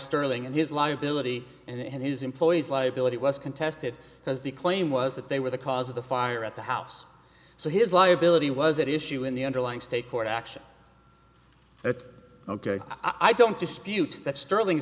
sterling and his liability and his employees liability was contested because the claim was that they were the cause of the fire at the house so his liability was at issue in the underlying state court action that's ok i don't dispute that sterling